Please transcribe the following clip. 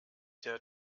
der